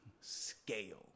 scale